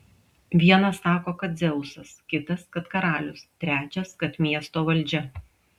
vienas sako kad dzeusas kitas kad karalius trečias kad miesto valdžia